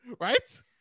right